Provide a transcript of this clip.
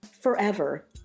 forever